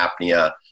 apnea